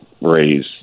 raise